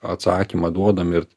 atsakymą duodam ir